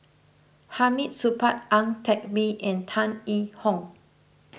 Hamid Supaat Ang Teck Bee and Tan Yee Hong